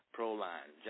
Proline